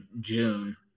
June